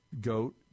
goat